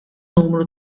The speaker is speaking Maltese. numru